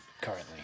currently